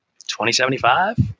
2075